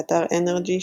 באתר nrg,